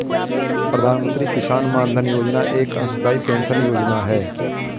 प्रधानमंत्री किसान मानधन योजना एक अंशदाई पेंशन योजना है